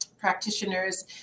Practitioners